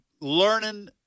learning